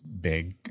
big